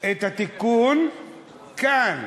את התיקון כאן.